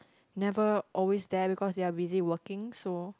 never always there because they were busy working so